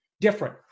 different